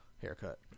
haircut